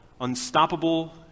unstoppable